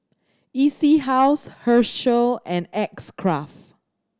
E C House Herschel and X Craft